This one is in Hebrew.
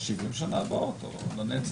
70 שנה הבאות או לנצח?